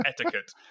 etiquette